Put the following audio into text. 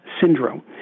syndrome